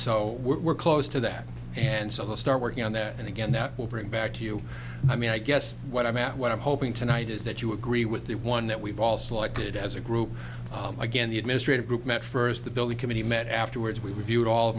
so we're close to that and so we'll start working on that and again that will bring back to you i mean i guess what i'm at what i'm hoping tonight is that you agree with the one that we've all selected as a group again the administrative group met first the bill the committee met afterwards we reviewed all of